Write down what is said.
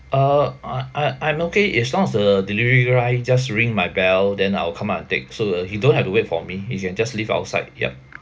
uh I I I'm okay as long as the delivery guy just ring my bell then I'll come out and take so uh he don't have to wait for me he can just leave outside yup